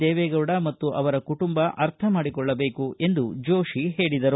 ದೇವೆಗೌಡ ಮತ್ತು ಅವರ ಕುಟುಂಬ ಅರ್ಥ ಮಾಡಿಕೊಳ್ಳಬೇಕು ಎಂದು ಜೋತಿ ಹೇಳಿದರು